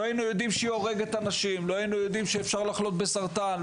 לא היינו יודעים שאפשר לחלות בסרטן,